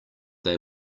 they